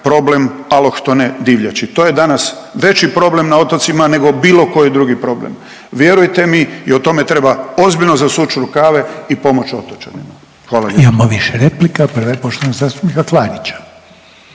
problem alohtone divljači. To je danas veći problem na otocima nego bilo koji drugi problem, vjerujte mi i o tome treba ozbiljno zasuči rukave i pomoći otočanima. Hvala lijepo.